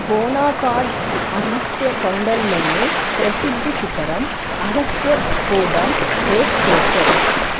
బోనాకాడ్ అగస్త్య కొండల్లోని ప్రసిద్ధి శిఖరం అగస్త్యర్ కూడమ్ బేస్ స్టేషన్